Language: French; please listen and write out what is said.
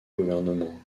gouvernement